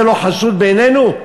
זה לא חשוד בעינינו?